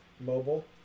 mobile